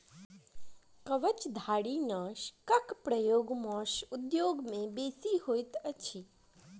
कवचधारीनाशकक प्रयोग मौस उद्योग मे बेसी होइत अछि